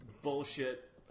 Bullshit